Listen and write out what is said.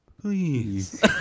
Please